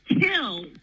kill